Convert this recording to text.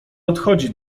odchodzi